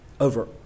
over